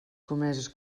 comeses